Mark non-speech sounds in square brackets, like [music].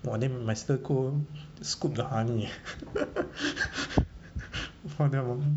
!wah! then my sister go scoop the honey [laughs] then 发掉 lor